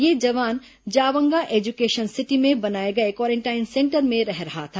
यह जवान जावंगा एज्केशन सिटी में बनाए गए क्वारेंटाइन सेंटर में रह रहा था